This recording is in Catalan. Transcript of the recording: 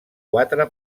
quatre